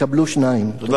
תודה רבה, אדוני.